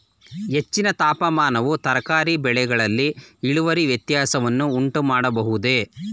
ಹೆಚ್ಚಿನ ತಾಪಮಾನವು ತರಕಾರಿ ಬೆಳೆಗಳಲ್ಲಿ ಇಳುವರಿ ವ್ಯತ್ಯಾಸವನ್ನು ಉಂಟುಮಾಡಬಹುದೇ?